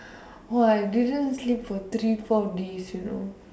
ah I didn't sleep for three four days you know